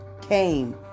came